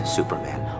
Superman